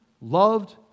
loved